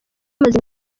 amaze